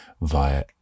via